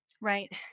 right